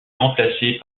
remplacés